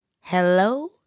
Hello